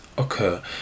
occur